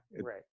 Right